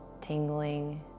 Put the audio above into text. Tingling